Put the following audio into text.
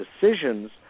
decisions